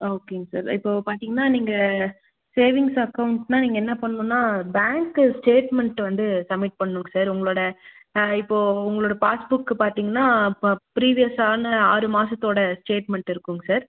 ஓகேங்க சார் இப்போது பார்த்தீங்னா நீங்கள் சேவிங்ஸ் அக்கௌன்ட்ஸ்னால் நீங்கள் என்ன பண்ணணுன்னா பேங்க்கு ஸ்டேட்மென்ட்டு வந்து சப்மிட் பண்ணுங்க சார் உங்களோடய இப்போது உங்களோடய பாஸ்புக்கு பார்த்தீங்கனா ப ப்ரீவியஸ்ஸான ஆறு மாதத்தோட ஸ்டேட்மென்ட் இருக்குங்க சார்